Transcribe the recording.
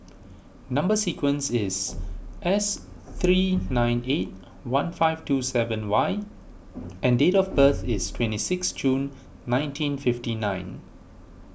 Number Sequence is S three nine eight one five two seven Y and date of birth is twenty six June nineteen fifty nine